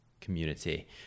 community